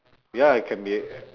ya it can be a~